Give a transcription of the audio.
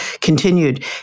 continued